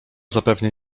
zapewne